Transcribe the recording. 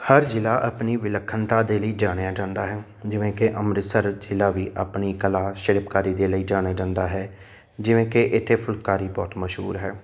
ਹਰ ਜ਼ਿਲ੍ਹਾ ਆਪਣੀ ਵਿਲੱਖਣਤਾ ਦੇ ਲਈ ਜਾਣਿਆ ਜਾਂਦਾ ਹੈ ਜਿਵੇਂ ਕਿ ਅੰਮ੍ਰਿਤਸਰ ਜ਼ਿਲ੍ਹਾ ਵੀ ਆਪਣੀ ਕਲਾ ਸ਼ਿਲਪਕਾਰੀ ਦੇ ਲਈ ਜਾਣਿਆ ਜਾਂਦਾ ਹੈ ਜਿਵੇਂ ਕਿ ਇੱਥੇ ਫੁਲਕਾਰੀ ਬਹੁਤ ਮਸ਼ਹੂਰ ਹੈ